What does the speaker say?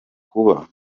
kuba